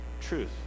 Truth